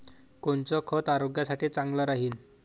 कोनचं खत आरोग्यासाठी चांगलं राहीन?